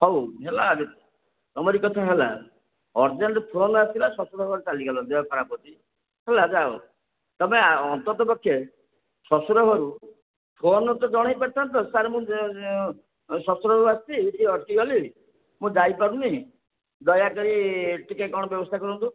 ହେଉ ହେଲା ଯେ ତୁମରି କଥା ହେଲା ଅର୍ଜେଣ୍ଟ୍ ଫୋନ୍ ଆସିଲା ଶ୍ୱଶୁର ଘର ଚାଲିଗଲ ଦେହ ଖରାପ ଅଛି ହେଲା ଯାଅ ତୁମେ ଆ ଅନ୍ତତଃ ପକ୍ଷେ ଶ୍ୱଶୁର ଘରୁ ଫୋନ୍ରେ ତ ଜଣେଇ ପାରିଥାନ୍ତ ସାର୍ ମୁଁ ଶ୍ୱଶୁର ଘରକୁ ଆସିଛି ଟିକିଏ ଅଟକି ଗଲି ମୁଁ ଯାଇପାରୁନି ଦୟାକରି ଟିକିଏ କ'ଣ ବ୍ୟବସ୍ଥା କରନ୍ତୁ